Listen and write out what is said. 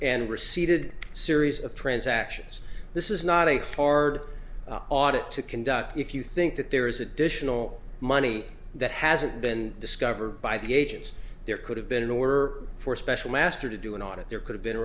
and reseated series of transactions this is not a hard audit to conduct if you think that there is additional money that hasn't been discovered by the agents there could have been or for special master to do an audit there could have been a